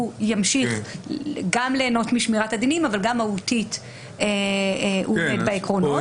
ימשיך גם ליהנות משמירת הדינים אבל גם מהותית הוא עומד בעקרונות.